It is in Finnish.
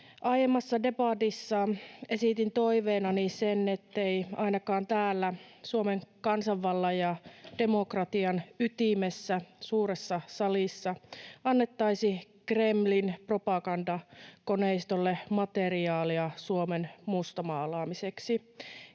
Aiemmassa debatissa esitin toiveenani sen, ettei ainakaan täällä Suomen kansanvallan ja demokratian ytimessä, suuressa salissa, annettaisi Kremlin propagandakoneistolle materiaalia Suomen mustamaalaamiseksi.